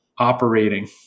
operating